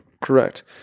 correct